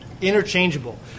interchangeable